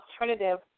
alternative